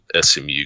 SMU